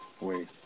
Wait